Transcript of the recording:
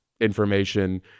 information